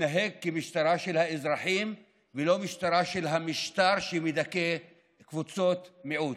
להתנהג כמשטרה של האזרחים ולא משטרה של המשטר שמדכא קבוצות מיעוט.